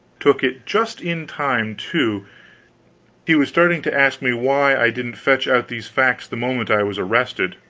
took it just in time, too he was starting to ask me why i didn't fetch out these facts the moment i was arrested.